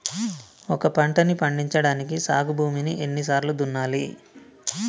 ఒక పంటని పండించడానికి సాగు భూమిని ఎన్ని సార్లు దున్నాలి?